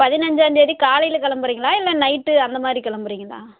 பதினஞ்சாம்தேதி காலையில் கிளம்புறிங்களா இல்லை நைட்டு அந்த மாதிரி கிளம்புறிங்களா